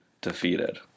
defeated